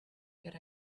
good